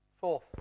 Fourth